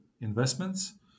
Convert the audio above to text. investments